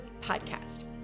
podcast